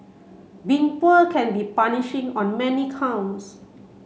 being poor can be punishing on many counts